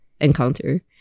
encounter